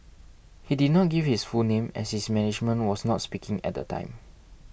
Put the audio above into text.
he did not give his full name as his management was not speaking at the time